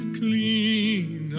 clean